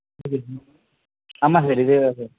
இதேதான் ஆமாம் சார் இதேதான் சார்